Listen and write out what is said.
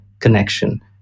connection